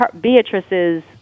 Beatrice's